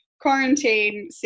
Quarantine